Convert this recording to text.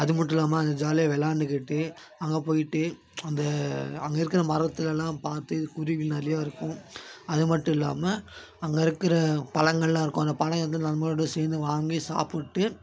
அதுமட்டும் இல்லாமல் அங்கே ஜாலியாக விளையாண்டுக்கிட்டு அங்கே போயிட்டு அந்த அங்கே இருக்கிற மரத்துலெலாம் பார்த்து குருவி நிறையா இருக்கும் அதுமட்டும் இல்லாமல் அங்கே இருக்கிற பழங்கள்லாம் இருக்கும் அந்த பழம் வந்து நண்பர்களோடு சேர்ந்து வாங்கி சாப்பிட்டு